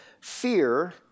fear